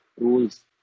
rules